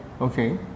okay